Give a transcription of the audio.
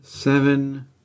seven